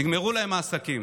נגמרו להם העסקים.